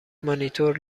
مانیتور